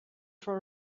for